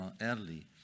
early